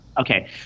Okay